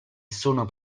sono